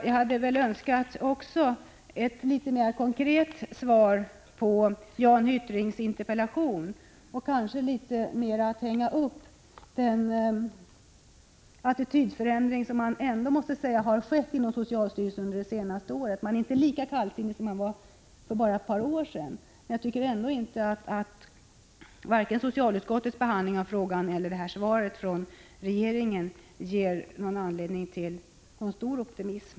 Jag hade önskat ett litet mer konkret svar än det som föreligger på Jan Hyttrings interpellation och kanske litet mer att hänga upp den attitydförändring på som ändå måste sägas ha skett inom socialstyrelsen under de senaste åren. Man är inte lika kallsinnig som man var för bara ett par år sedan. Men jag tycker ändå inte att vare sig socialutskottets behandling av frågan eller svaret från regeringen ger anledning till någon större optimism.